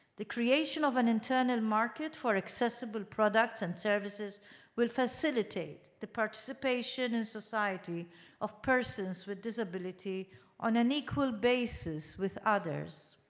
the creation of an internal market for accessible products and services will facilitate the participation in society of persons with disability on an equal basis with others.